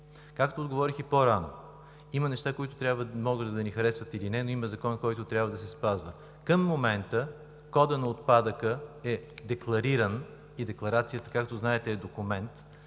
Както отговорих и по-рано – има неща, които могат да ни харесват или не, но има закон, който трябва да се спазва. Към момента кодът на отпадъка е деклариран и декларацията, както знаете е документ